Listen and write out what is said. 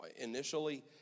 initially